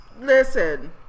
Listen